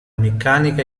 meccanica